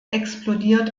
explodiert